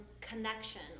connection